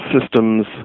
systems